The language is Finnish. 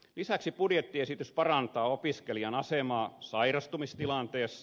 lisäksi budjettiesitys parantaa opiskelijan asemaa sairastumistilanteessa